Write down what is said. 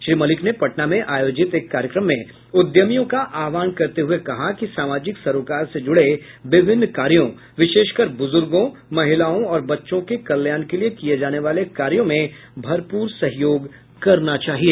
श्री मलिक ने पटना में आयोजित एक कार्यकम में उद्यमियों का आह्वान करते हुए कहा कि सामाजिक सरोकार से जुड़े विभिन्न कार्यों विशेषकर बुजुर्गों महिलाओं और बच्चों के कल्याण के लिए किए जानेवाले कार्यों में भरपूर सहयोग करना चाहिए